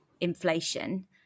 inflation